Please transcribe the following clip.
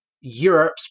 Europe's